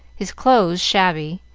his clothes shabby,